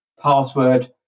password